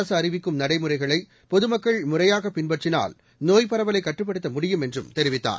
அரசு அறிவிக்கும் நடைமுறைகளை பொதுமக்கள் முறையாக பின்பற்றினால் நோய்ப் பரவலை கட்டுப்படுத்த முடியும் என்றும் தெரிவித்தார்